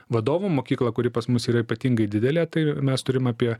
vadovų mokyklą kuri pas mus yra ypatingai didelė tai mes turim apie